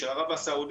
של ערב הסעודית,